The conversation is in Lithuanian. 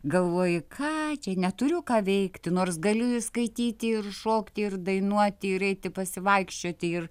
galvoji ką čia neturiu ką veikti nors gali skaityti ir šokti ir dainuoti ir eiti pasivaikščioti ir